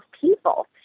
people